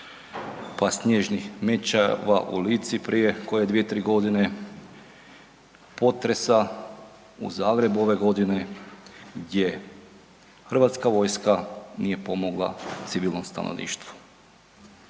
pa snježnih mećava u Lici prije koje dvije-tri godine, potresa u Zagrebu ove godine gdje Hrvatska vojska nije pomogla civilnom stanovništvu.